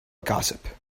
gossip